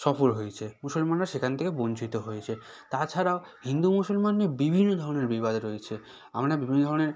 সফল হয়েছে মুসলমানরা সেখান থেকে বঞ্চিত হয়েছে তাছাড়াও হিন্দু মুসলমান নিয়ে বিভিন্ন ধরনের বিবাদ রয়েছে আমরা বিভিন্ন ধরনের